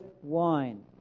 wine